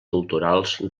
culturals